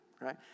right